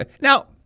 now –